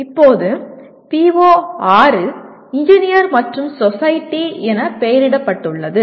இப்போது PO6 engineer மற்றும் society என பெயரிடப்பட்டுள்ளது